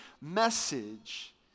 message